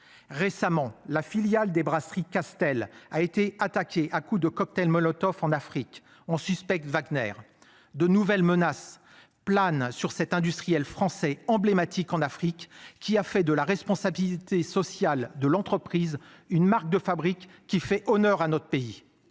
Récemment, la filiale des brasseries Castel a été attaqué à coups de cocktails Molotov, en Afrique on suspecte Wagner de nouvelles menaces planent sur cet industriel français emblématique en Afrique qui a fait de la responsabilité sociale de l'entreprise, une marque de fabrique qui fait honneur à notre pays.